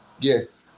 yes